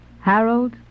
Harold